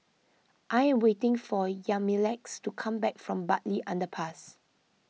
I am waiting for Yamilex to come back from Bartley Underpass